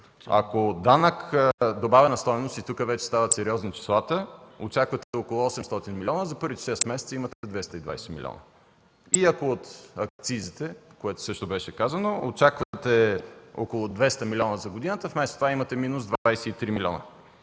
Ако от данък добавена стойност, и тук числата вече стават сериозни, очаквате около 800 милиона, за първите шест месеца имате 220 милиона. И ако от акцизите, което също беше казано, очаквате около 200 милиона за годината, вместо това имате минус 23 милиона.